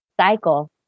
cycle